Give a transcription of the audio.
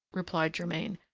replied germain,